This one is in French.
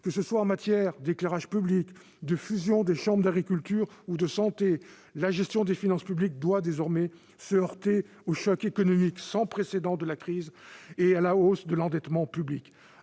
Que ce soit en matière d'éclairage public ou de fusion des chambres d'agriculture ou de santé, la gestion des finances publiques doit désormais se heurter au choc économique sans précédent de la crise et à la hausse de l'endettement public.